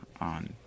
on